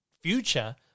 future